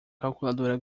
calculadora